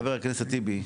חבר הכנסת טיבי,